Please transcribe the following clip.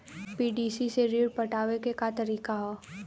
PDC से ऋण पटावे के का तरीका ह?